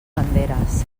banderes